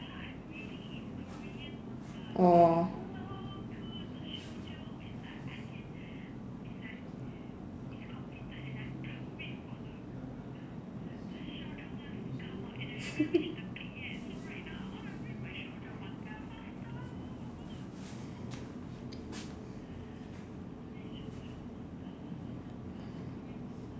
oh